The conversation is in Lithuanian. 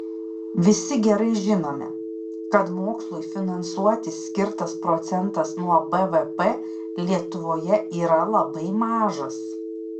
visi gerai žinome kad mokslui finansuoti skirtas procentas nuo bvp lietuvoje yra labai mažas